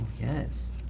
yes